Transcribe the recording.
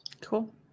Cool